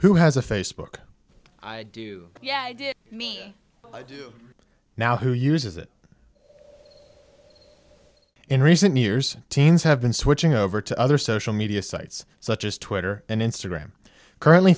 who has a facebook i do yes i do now who uses it in recent years teens have been switching over to other social media sites such as twitter and instagram currently